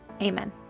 Amen